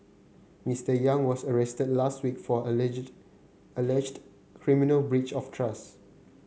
Mister Yang was arrested last week for alleged alleged criminal breach of trust